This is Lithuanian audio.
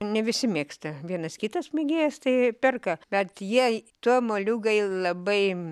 ne visi mėgsta vienas kitas mėgėjas tai perka bet jie tuo moliūgai labai